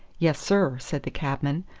yes, sir, said the cabman.